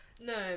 No